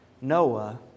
Noah